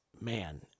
man